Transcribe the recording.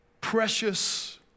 precious